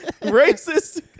racist